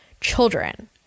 children